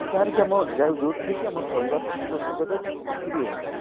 ଯାହାରକି ଆମ ଯେଉଁଥିରେ କି ଆମର ପରିବାର ପ୍ରତିପୋଷଣ କରିବା କିଛି କ୍ଷତି ବି ହଉନି